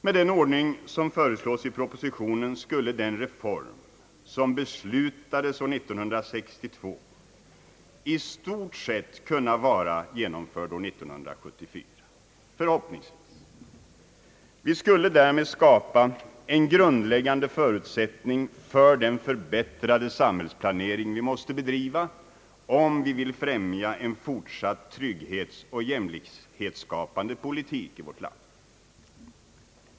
Med den ordning som föreslås i propositionen skulle den reform som beslutades år 1962 i stort sett kunna vara genomförd år 1974. Vi skulle därigenom skapa en grundläggande förutsättning för den förbättrade samhällsplanering vi måste bedriva om vi vill främja en fortsatt trygghetsoch jämlikhetsskapande politik i vårt land.